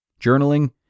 Journaling